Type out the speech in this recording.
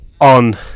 on